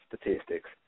statistics